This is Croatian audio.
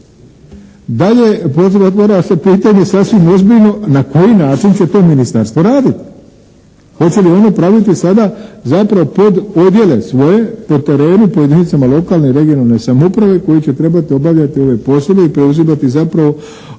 Dalje otvara se pitanje sasvim ozbiljno, na koji način će to ministarstvo raditi. Hoće li ono praviti sada zapravo pododjele svoje po terenu, po jedinicama lokalne i regionalne samouprave koji će trebati obavljati ove poslove i preuzimati zapravo,